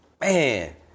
Man